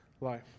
life